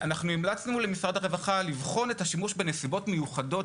אנחנו המלצנו למשרד הרווחה לבחון את השימוש בנסיבות מיוחדות.